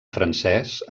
francès